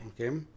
Okay